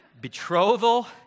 betrothal